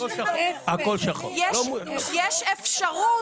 יש אפשרות